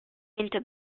into